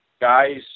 guys